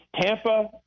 Tampa